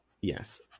yes